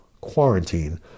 quarantine